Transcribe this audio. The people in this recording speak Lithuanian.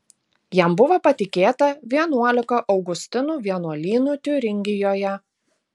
jam buvo patikėta vienuolika augustinų vienuolynų tiuringijoje